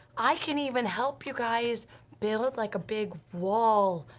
i can even help you guys build like a big wall,